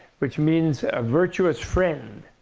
which means a virtuous friend.